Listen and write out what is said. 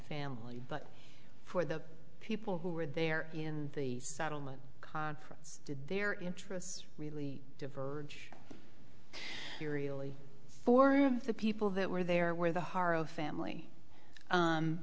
family but for the people who were there in the settlement conference did their interests really diverge serially four of the people that were there where the hearo family